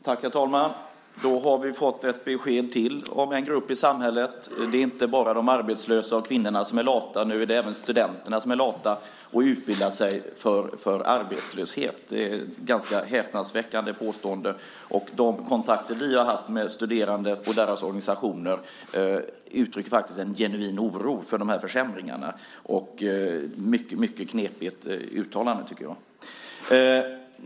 Herr talman! Då har vi fått ännu ett besked om en grupp i samhället. Det är inte bara de arbetslösa och kvinnorna som är lata, nu är det även studenterna som är lata och utbildar sig för arbetslöshet. Det är ett ganska häpnadsväckande påstående. De kontakter vi har haft med studerande och deras organisationer uttrycker en genuin oro för de här försämringarna. Det är ett mycket knepigt uttalande, tycker jag.